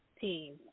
team